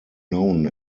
known